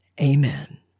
Amen